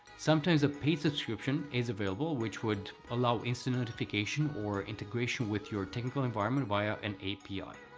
sometimes a paid subscription is available which would allow instant notification or integration with your technical environment via an api.